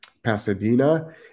pasadena